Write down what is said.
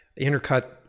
intercut